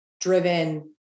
driven